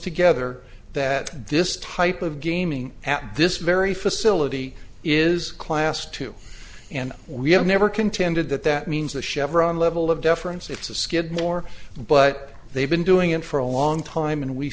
together that this type of gaming at this very facility is class two and we have never contended that that means the chevron level of deference it's the skidmore but they've been doing it for a long time and we